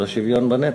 של השוויון בנטל.